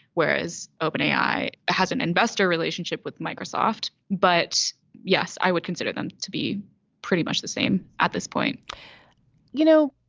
whereas opening i has an investor relationship with microsoft. but yes, i would consider them to be pretty much the same at this point you know,